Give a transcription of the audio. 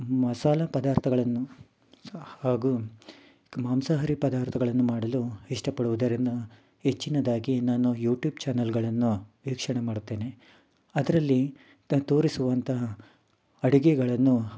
ಮಸಾಲೆ ಪದಾರ್ಥಗಳನ್ನು ಸೊ ಹಾಗೂ ಮಾಂಸಹಾರಿ ಪದಾರ್ಥಗಳನ್ನು ಮಾಡಲು ಇಷ್ಟಪಡುವುದರಿಂದ ಹೆಚ್ಚಿನದಾಗಿ ನಾನು ಯೂಟ್ಯೂಬ್ ಚಾನಲ್ಲುಗಳನ್ನು ವೀಕ್ಷಣೆ ಮಾಡುತ್ತೇನೆ ಅದರಲ್ಲಿ ತರ್ ತೋರಿಸುವಂತಹ ಅಡುಗೆಗಳನ್ನು